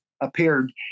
appeared